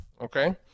okay